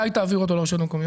מתי תעביר אותו לרשויות המקומיות?